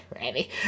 ready